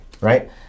right